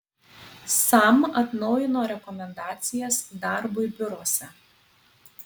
sam atnaujino rekomendacijas darbui biuruose